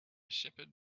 shepherd